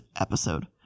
episode